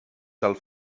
cal